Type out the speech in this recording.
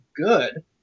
good